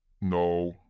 No